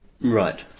right